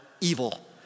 evil